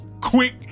quick